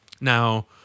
Now